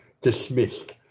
dismissed